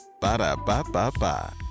Ba-da-ba-ba-ba